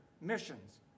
missions